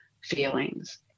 feelings